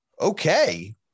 okay